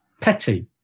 petty